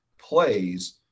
plays